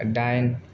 दाइन